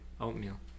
Oatmeal